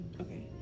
Okay